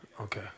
Okay